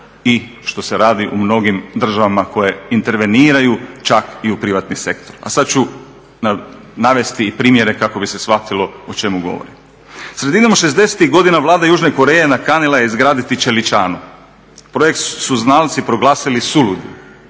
i što se radi u mnogim državama koje interveniraju čak i u privatni sektor. A sad ću navesti i primjere kako bi se shvatilo o čemu govorim. Sredinom 60-ih godina Vlada Južne Koreje nakanila je izgraditi čeličanu. Projekt su znalci proglasili suludim